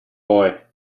boy